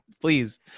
Please